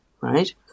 right